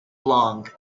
long